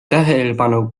tähelepanu